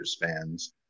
fans